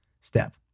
step